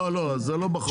לא, זה לא בחוק.